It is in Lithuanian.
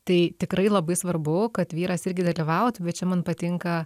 tai tikrai labai svarbu kad vyras irgi dalyvautų bet čia man patinka